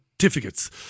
certificates